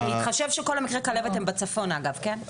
אם להתחשב שכל מקרי הכלבת הם בצפון אגב, כן?